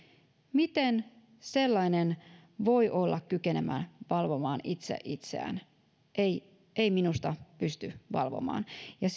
miten sellainen voi olla kykenevä valvomaan itse itseään ei ei minusta ei pysty valvomaan ja